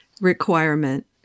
requirement